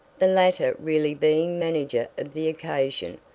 the latter really being manager of the occasion.